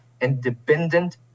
independent